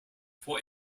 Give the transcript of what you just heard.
for